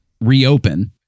reopen